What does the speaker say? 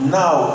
now